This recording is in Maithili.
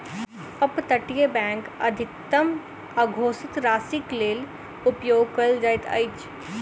अप तटीय बैंक अधिकतम अघोषित राशिक लेल उपयोग कयल जाइत अछि